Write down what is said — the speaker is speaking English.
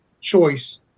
choice